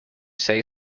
say